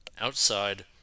outside